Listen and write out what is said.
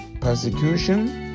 persecution